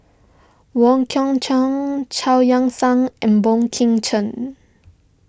Wong Kwei Cheong Chao Yoke San and Boey Kim Cheng